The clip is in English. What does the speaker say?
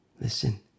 Listen